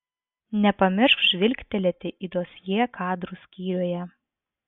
nepamiršk žvilgtelėti į dosjė kadrų skyriuje